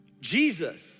Jesus